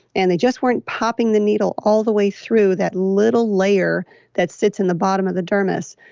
and they just weren't popping the needle all the way through that little layer that sits in the bottom of the dermis.